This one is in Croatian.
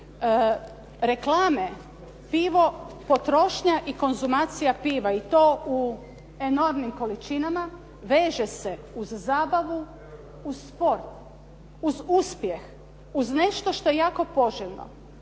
Reklame, pivo potrošnja i konzumacija piva i to u enormnim količinama veže se uz zabavu, uz sport, uz uspjeh, uz nešto što je jako poželjno.